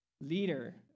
Leader